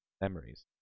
memories